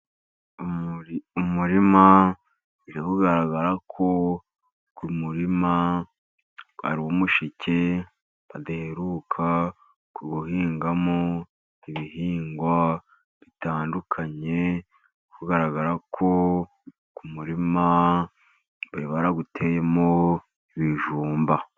Umurima biri kugaragara ko ku murima ari umushike badaheruka kuwuhingamo ibihingwa bitandukanye, biri kugaragara ko ku murima bari barawuteyemo ibijumba.